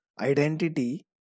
identity